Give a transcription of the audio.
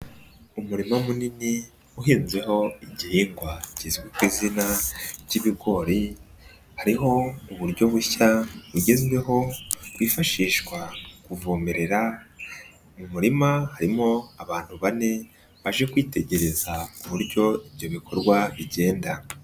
Umurima munini uhinzeho igihehingwa kizwi ku izina ry'ibigori, hariho uburyo bushya bugezweho bwifashishwa mu kuvomerera mu murima harimo abantu bane baje kwitegereza uburyo ibyo bikorwa bigenda.